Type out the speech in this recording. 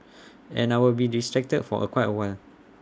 and I will be distracted for quite A while